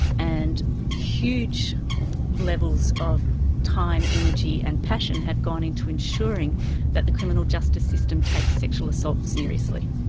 and huge levels of time, energy and passion have gone into ensuring that the criminal justice system takes sexual assault seriously.